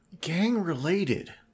gang-related